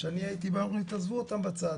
כשאני הייתי בא הם אומרים 'תעזבו אותם בצד',